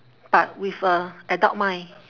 but with a adult mind